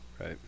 Right